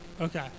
Okay